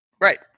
Right